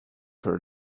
her